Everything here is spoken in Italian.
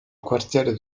quartiere